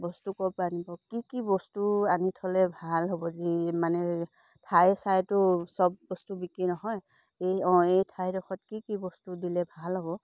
বস্তু ক'ৰ পৰা আনিব কি কি বস্তু আনি থ'লে ভাল হ'ব যি মানে ঠাই চাইতো চব বস্তু বিক্ৰী নহয় এই অঁ এই ঠাইডোখৰত কি কি বস্তু দিলে ভাল হ'ব